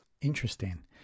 Interesting